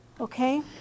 Okay